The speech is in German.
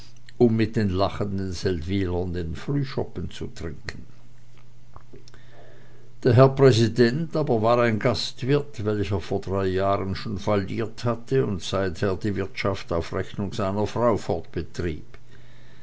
um mit den lachenden seldwylern den frühschoppen zu trinken der herr präsident aber war ein gastwirt welcher vor jahren schon falliert hatte und seither die wirtschaft auf rechnung seiner frau